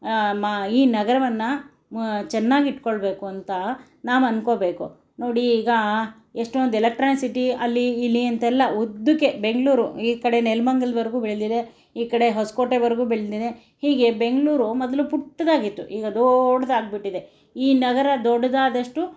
ಈ ನಗರವನ್ನು ಚೆನ್ನಾಗಿಟ್ಕೊಳ್ಬೇಕು ಅಂತ ನಾವು ಅನ್ಕೋಬೇಕು ನೋಡಿ ಈಗ ಎಷ್ಟೊಂದು ಎಲೆಕ್ಟ್ರಾನ್ ಸಿಟಿ ಅಲ್ಲಿ ಇಲ್ಲಿ ಅಂತೆಲ್ಲ ಉದ್ದಕ್ಕೆ ಬೆಂಗಳೂರು ಈ ಕಡೆ ನೆಲ್ಮಂಗಲ್ದ್ವರೆಗೂ ಬೆಳೆದಿದೆ ಈ ಕಡೆ ಹೊಸ್ಕೋಟೆವರೆಗೂ ಬೆಳೆದಿದೆ ಹೀಗೆ ಬೆಂಗಳೂರು ಮೊದಲು ಪುಟ್ಟದ್ದಾಗಿತ್ತು ಈಗ ದೊಡ್ದಾಗ್ಬಿಟ್ಟಿದೆ ಈ ನಗರ ದೊಡ್ಡದಾದಷ್ಟು